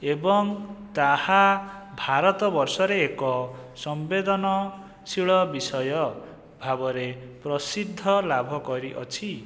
ଏବଂ ତାହା ଭାରତ ବର୍ଷରେ ଏକ ସମ୍ବେଦନଶୀଳ ବିଷୟ ଭାବରେ ପ୍ରସିଦ୍ଧ ଲାଭ କରିଅଛି